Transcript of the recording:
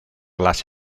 las